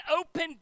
open